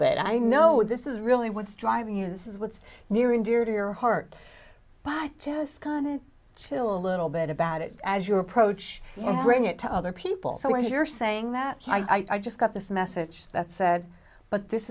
bit i know this is really what's driving you this is what's near and dear to your heart but just gonna chill a little bit about it as your approach and bring it to other people so when you're saying that i just got this message that said but this